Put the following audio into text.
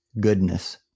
goodness